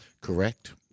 Correct